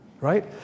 right